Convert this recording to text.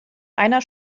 einer